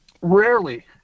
rarely